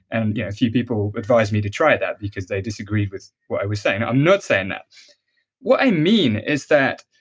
and yeah few people advise me to try that because they disagreed with what i was saying. i'm not saying that what i mean is that.